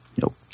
Nope